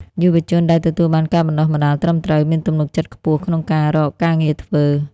យុវជនដែលទទួលបានការបណ្ដុះបណ្ដាលត្រឹមត្រូវ មានទំនុកចិត្តខ្ពស់ក្នុងការរកការងារធ្វើ។